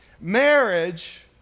Marriage